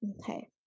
Okay